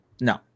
No